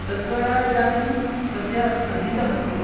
तद्वारा इदानीं सद्यः अधीतमस्ति